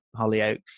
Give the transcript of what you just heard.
Hollyoaks